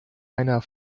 einer